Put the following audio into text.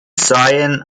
seien